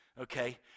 okay